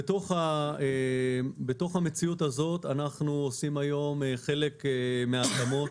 בתוך המציאות הזאת אנחנו עושים היום חלק מההתאמות.